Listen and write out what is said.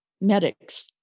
medics